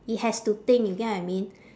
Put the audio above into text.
it has to think you get what I mean